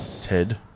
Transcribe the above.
Ted